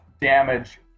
damage